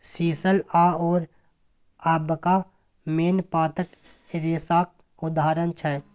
sisal आओर अबाका मेन पातक रेशाक उदाहरण छै